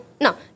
No